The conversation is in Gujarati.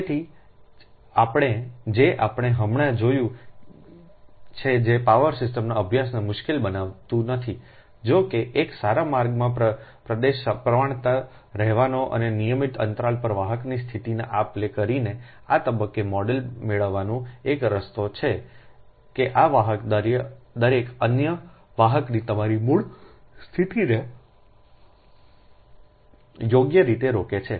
તેથી જે આપણે હમણાં જોયું છે જે પાવર સિસ્ટમના અભ્યાસને મુશ્કેલ બનાવતું નથીજો કે એક સારા માર્ગમાં પ્રદેશ સપ્રમાણતા રહેવાનો અને નિયમિત અંતરાલો પર વાહકની સ્થિતિની આપ લે કરીને આ તબક્કે મોડેલ મેળવવાનો એક રસ્તો છે કે આ વાહક દરેક અન્ય વાહકની તમારી મૂળ સ્થિતિને યોગ્ય રીતે રોકે છે